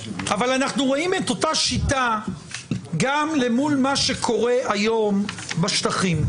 234. אנחנו רואים את אותה השיטה גם למול מה שקורה היום בשטחים.